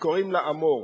שקראו לה אמור,